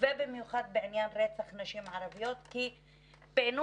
ובמיוחד בעניין רצח נשים ערביות כי פענוח